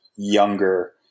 younger